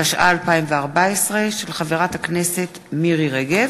התשע"ה 2014, מאת חברת הכנסת מירי רגב,